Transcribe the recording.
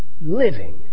living